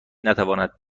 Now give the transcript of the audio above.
نتواند